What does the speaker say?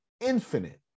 infinite